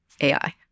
AI